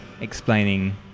explaining